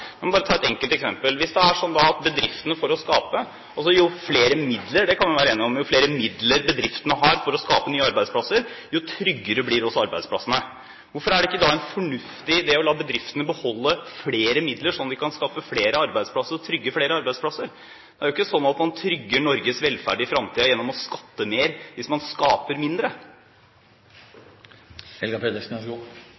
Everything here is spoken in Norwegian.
jeg er litt mer usikker på om hun egentlig tar konsekvensen av det. La meg bare ta et enkelt eksempel: Hvis det er slik at jo flere midler bedriftene har – flere midler kan vi vel være enige om – for å skape nye arbeidsplasser, jo tryggere blir også arbeidsplassene. Hvorfor er det da ikke en fornuftig idé å la bedriftene beholde flere midler, slik at de kan skape flere arbeidsplasser og trygge flere arbeidsplasser? Det er jo ikke slik at man trygger Norges velferd i fremtiden gjennom å skatte mer hvis man skaper mindre.